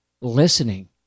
listening